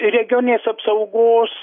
regioninės apsaugos